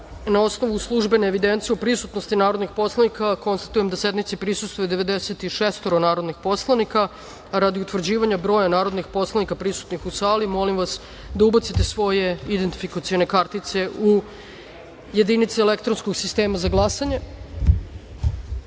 osnovu službene evidencije o prisutnosti narodnih poslanika, konstatujem da sednici prisustvuje 96 narodnih poslanika. Radi utvrđivanja broja narodnih poslanika prisutnih u sali, molim vas da ubace svoje identifikacione kartice u jedinice elektronskog sistema za